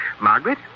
Margaret